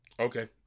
okay